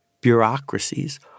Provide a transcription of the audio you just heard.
bureaucracies